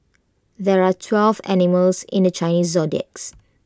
there are twelve animals in the Chinese zodiacs